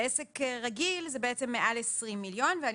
עסק רגיל הוא מעל 20 מיליון שקלים בשנה.